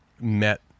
met